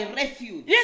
refuge